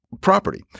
property